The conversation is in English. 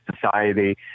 society